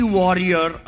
warrior